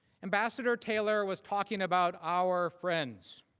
ambassador taylor was talking about our friends.